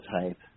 type